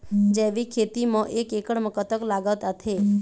जैविक खेती म एक एकड़ म कतक लागत आथे?